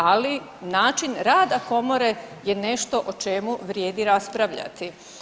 Ali, način rada Komore je nešto o čemu vrijedi raspravljati.